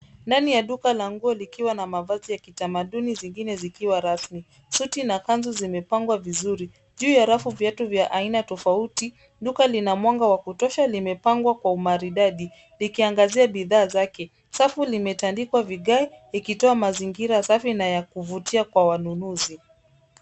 Ndani ya duka la nguo likiwa na mavazi ya kitamaduni zingine zikiwa rasmi. Suti na kanzu zimepangwa vizuri. Juu ya rafu, viatu vya aina tofauti. Duka lina mwanga wa kutosha, limepangwa kwa umaridadi, likiangazia bidhaa zake. Safu limetandikwa vigae, ikitoa mazingira safi na ya kuvutia kwa wanunuzi.